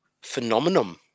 phenomenon